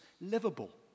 livable